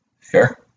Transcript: Sure